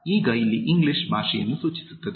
ಈಗ ಇಲ್ಲಿ ಇಂಗ್ಲಿಷ್ ಭಾಷೆಯನ್ನು ಸೂಚಿಸುತ್ತದೆ